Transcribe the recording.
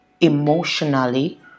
emotionally